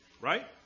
right